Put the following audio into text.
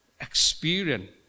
experience